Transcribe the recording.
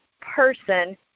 person